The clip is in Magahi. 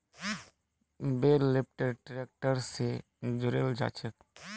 बेल लिफ्टर ट्रैक्टर स जुड़े जाछेक